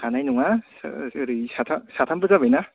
हानाय नङा ओरै साथाम साथामबो जाबायना